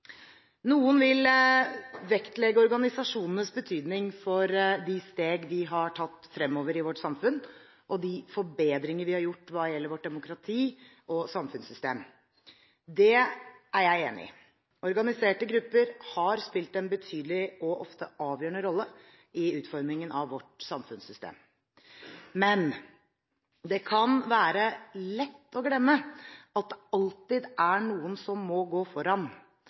Noen vil vektlegge organisasjonenes betydning for de steg vi har tatt fremover i vårt samfunn, og de forbedringer vi har gjort hva gjelder vårt demokrati og samfunnssystem. Det er jeg enig i. Organiserte grupper har spilt en betydelig og ofte avgjørende rolle i utformingen av vårt samfunnssystem. Men det kan være lett å glemme at det alltid er noen som må gå foran,